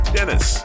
Dennis